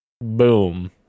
Boom